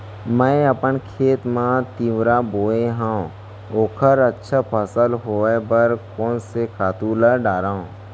मैं अपन खेत मा तिंवरा बोये हव ओखर अच्छा फसल होये बर कोन से खातू ला डारव?